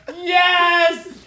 Yes